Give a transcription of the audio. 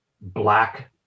Black